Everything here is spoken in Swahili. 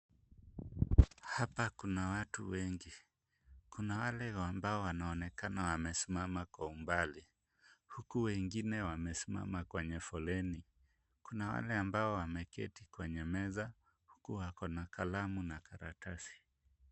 Hapa kuna watu wengi. Kuna wale ambao wanaonekana wamesimama kwa umbali, huku wengine wamesimama kwenye foleni. Kuna wale ambao wameketi kwenye meza, huku wako na kalamu na karatasi.